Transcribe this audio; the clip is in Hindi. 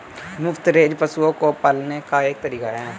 मुफ्त रेंज पशुओं को पालने का एक तरीका है